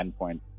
endpoint